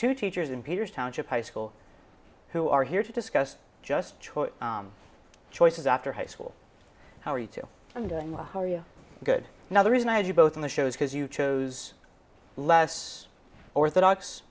two teachers in peter's township high school who are here to discuss just choice choices after high school how are you two i'm doing well how you good now the reason i had you both on the show is because you chose less orthodox